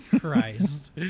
Christ